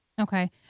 Okay